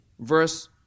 verse